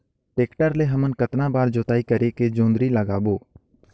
Tractor ले हमन कतना बार जोताई करेके जोंदरी लगाबो?